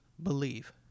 believe